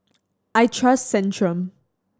I trust Centrum